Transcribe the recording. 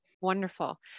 Wonderful